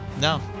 No